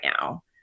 now